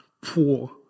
poor